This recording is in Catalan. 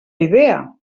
idea